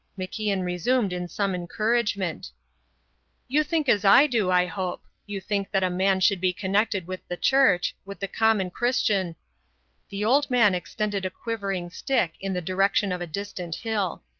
macian resumed in some encouragement you think as i do, i hope you think that a man should be connected with the church with the common christian the old man extended a quivering stick in the direction of a distant hill.